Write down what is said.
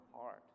heart